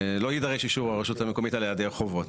לא יידרש אישור הרשות המקומית על היעדר חובות.